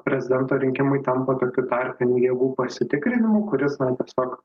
prezidento rinkimai tampa tokiu tarpinių jėgų pasitikrinimu kuris na tiesiog